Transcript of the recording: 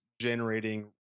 generating